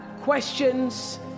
questions